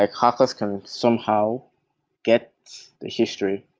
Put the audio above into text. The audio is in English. like hackers can somehow get the history.